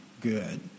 good